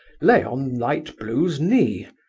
lay on light blue's knee.